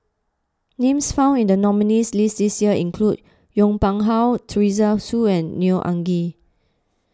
names found in the nominees' list this year include Yong Pung How Teresa Hsu and Neo Anngee